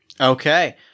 Okay